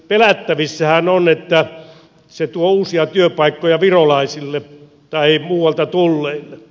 pelättävissähän on että se tuo uusia työpaikkoja virolaisille tai muualta tulleille